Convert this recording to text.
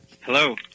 Hello